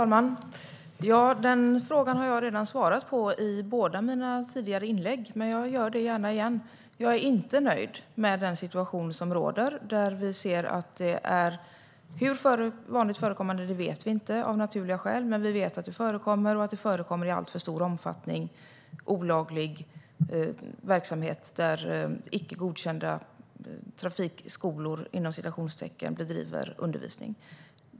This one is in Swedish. Herr talman! Den frågan har jag redan svarat på i båda mina tidigare inlägg, men jag gör det gärna igen. Jag är inte nöjd med den situation som råder. Hur vanligt förekommande olaglig verksamhet där icke godkända "trafikskolor" bedriver undervisning är vet vi inte, men vi vet att det förekommer och i alltför stor omfattning.